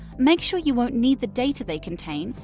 make sure you won't need the data they contain,